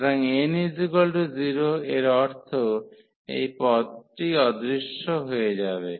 সুতরাং n0 এর অর্থ এই পদটি অদৃশ্য হয়ে যাবে